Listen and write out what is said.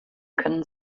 können